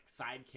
sidekick